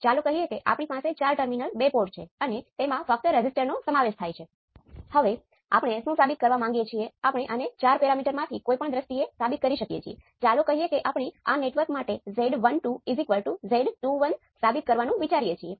ચાલો આપણે એવો ઢોંગ કરીએ કે આપણને ઓપ એમ્પ હોવું જોઈએ